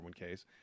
401ks